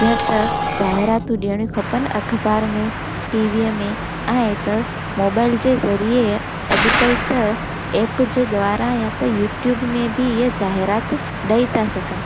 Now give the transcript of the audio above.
जीअं त जाहिरतियूं ॾियणु खपनि अख़बार में टीवीअ में ऐं त मोबाइल जे ज़रिए अॼुकल त एप जे द्वारा या त यूट्यूब में बि जाहिरात ॾेई था सघनि